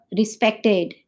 respected